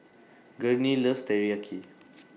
Gurney loves Teriyaki